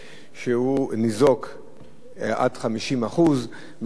שניזוק עד 50% מהרכב,